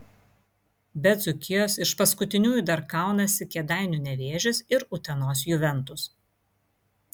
be dzūkijos iš paskutiniųjų dar kaunasi kėdainių nevėžis ir utenos juventus